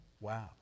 Wow